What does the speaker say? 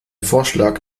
vorschlag